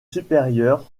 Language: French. supérieurs